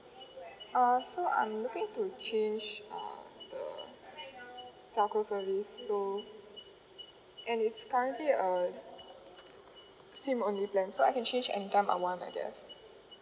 uh so I'm looking to change uh the telco service so and it's currently a SIM only plan so I can change anytime I want I guess